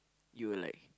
you will like